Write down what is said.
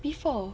before